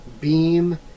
beam